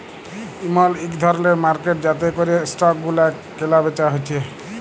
ইমল ইক ধরলের মার্কেট যাতে ক্যরে স্টক গুলা ক্যালা বেচা হচ্যে